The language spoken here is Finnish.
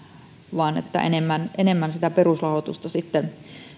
ja että olisi enemmän sitä perusrahoitusta